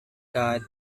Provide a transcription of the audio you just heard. god